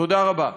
תודה רבה.